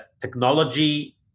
technology